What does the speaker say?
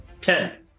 Ten